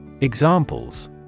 Examples